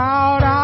out